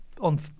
On